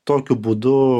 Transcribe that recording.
tokiu būdu